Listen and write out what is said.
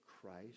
Christ